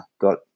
got